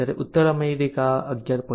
જ્યારે ઉત્તર અમેરિકા 11